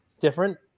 Different